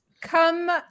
Come